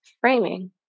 framing